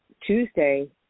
Tuesday